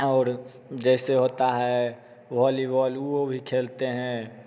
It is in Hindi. और जैसे होता है वोलीबॉल ऊ भी खेलते हैं